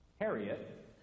Harriet